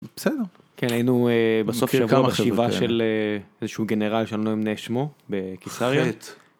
בסדר, כן היינו בסוף שבוע חשיבה של איזה שהוא גנרל שאני לא ימנה את שמו, בקיסריה.